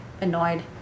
annoyed